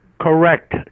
Correct